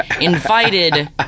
invited